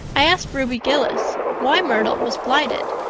i asked ruby gillis why myrtle was blighted,